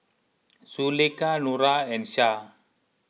Zulaikha Nura and Shah